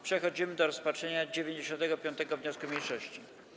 Przechodzimy do rozpatrzenia 95. wniosku mniejszości.